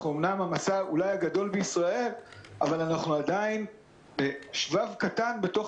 אנחנו אמנם המסע אולי הגדול בישראל אבל אנחנו עדיין שבב קטן בתוך